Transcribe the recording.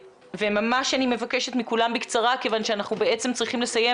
וממש אני מבקשת מכולם בקצרה כיוון שאנחנו בעצם צריכים לסיים